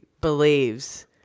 believes –